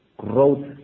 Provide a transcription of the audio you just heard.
Growth